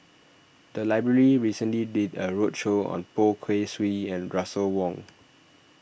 the library recently did a roadshow on Poh Kay Swee and Russel Wong